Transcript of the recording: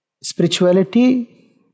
spirituality